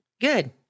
Good